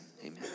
amen